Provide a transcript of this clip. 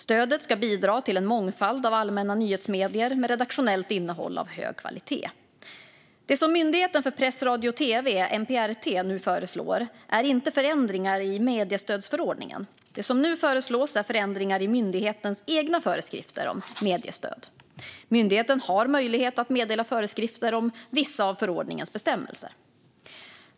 Stödet ska bidra till en mångfald av allmänna nyhetsmedier med redaktionellt innehåll av hög kvalitet. Det som Myndigheten för press, radio och tv, MPRT, nu föreslår är inte förändringar i mediestödsförordningen. Det som föreslås är förändringar i myndighetens egna föreskrifter om mediestöd. Myndigheten har möjlighet att meddela föreskrifter om vissa av förordningens bestämmelser.